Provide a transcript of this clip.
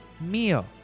meal